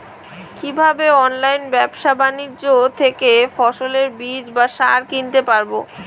কীভাবে অনলাইন ব্যাবসা বাণিজ্য থেকে ফসলের বীজ বা সার কিনতে পারবো?